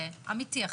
אמיתי.